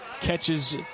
catches